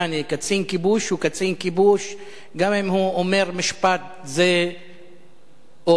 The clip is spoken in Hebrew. קצין כיבוש הוא קצין כיבוש גם אם הוא אומר משפט זה או אחר.